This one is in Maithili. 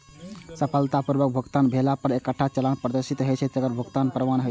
सफलतापूर्वक भुगतान भेला पर एकटा चालान प्रदर्शित हैत, जे भुगतानक प्रमाण हैत